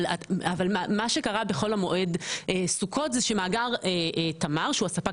אבל מה שקרה בחול המועד סוכות זה שמאגר תמר שהוא הספק